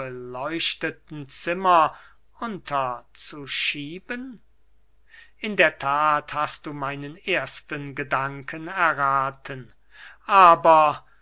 beleuchteten zimmer unterzuschieben in der that hast du meinen ersten gedanken errathen aber